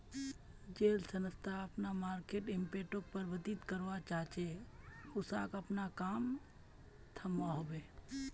जेल संस्था अपना मर्केटर इम्पैक्टोक प्रबधित करवा चाह्चे उसाक अपना काम थम्वा होबे